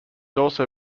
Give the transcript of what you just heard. also